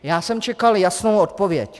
Já jsem čekal jasnou odpověď.